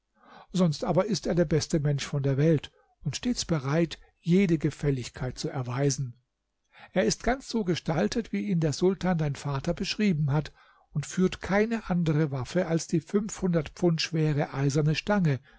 sonst aber ist er der beste mensch von der welt und stets bereit jede gefälligkeit zu erweisen er ist ganz so gestaltet wie ihn der sultan dein vater beschrieben hat und führt keine andere waffe als die fünfhundert pfund schwere eiserne stange